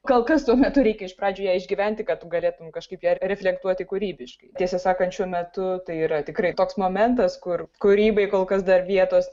kol kas tuo metu reikia iš pradžių ją išgyventi kad tu galėtum kažkaip ją reflektuoti kūrybiškai tiesą sakant šiuo metu tai yra tikrai toks momentas kur kūrybai kol kas dar vietos